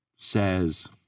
Says